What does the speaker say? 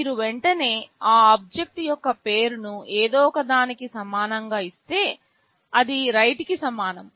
మీరు వెంటనే ఆ ఆబ్జెక్ట్ యొక్క పేరును ఏదో ఒకదానికి సమానంగా ఇస్తే అది రైట్ కి సమానం